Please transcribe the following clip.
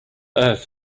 earth